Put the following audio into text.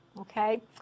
Okay